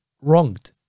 Wronged